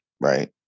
Right